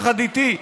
יחד איתי,